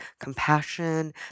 compassion